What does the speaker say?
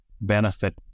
benefit